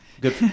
good